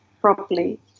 properly